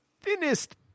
thinnest